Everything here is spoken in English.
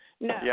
no